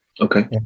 Okay